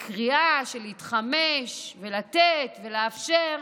בקריאה להתחמש ולתת ולאפשר,